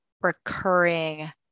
recurring